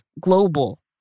global